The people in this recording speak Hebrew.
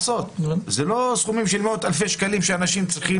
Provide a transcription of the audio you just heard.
אלה לא סכומים של מאות אלפי שקלים שאנשים צריכים